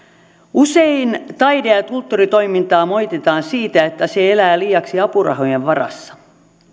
usein taide ja ja kulttuuritoimintaa moititaan siitä että se elää liiaksi apurahojen varassa